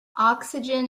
oxygen